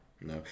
No